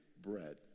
bread